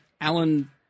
Alan